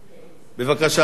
בבקשה.